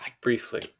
Briefly